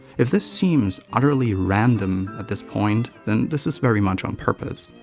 if this seems utterly random at this point then this is very much on purpose.